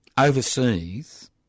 Overseas